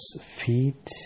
feet